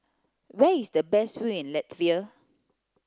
where is the best view in Latvia